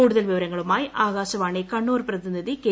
കൂടുതൽ വിവരങ്ങളുമായി ആകാശവാണി കണ്ണൂർ പ്രതിനിധി കെ